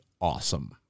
awesome